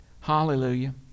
Hallelujah